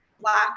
black